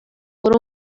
por